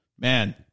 man